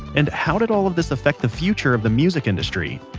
and how did all of this affect the future of the music industry?